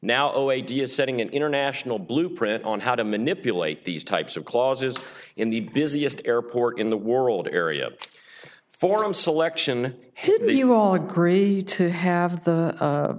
now ideas setting an international blueprint on how to manipulate these types of clauses in the busiest airport in the world area forum selection did you all agree to have the